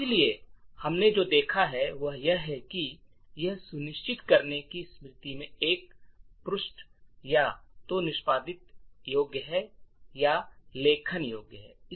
इसलिए हमने जो देखा है वह यह है कि यह सुनिश्चित करेगा कि स्मृति में एक पृष्ठ या तो निष्पादन योग्य है या लेखन योग्य है